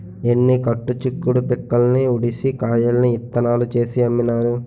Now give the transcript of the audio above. ఎన్ని కట్టు చిక్కుడు పిక్కల్ని ఉడిసి కాయల్ని ఇత్తనాలు చేసి అమ్మినారు